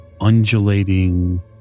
undulating